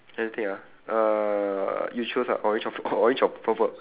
anything ah uh you choose lah orange or pu~ orange or purple